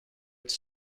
its